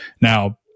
Now